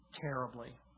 terribly